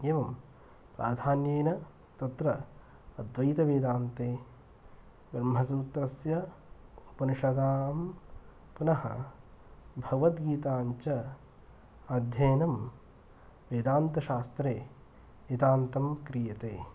एवं प्राधान्येन तत्र अद्वैतवेदान्ते ब्रह्मसूत्रस्य उपनिषदां पुनः भगवद्गीताञ्च अध्ययनं वेदान्तशास्त्रे इदान्तं क्रियते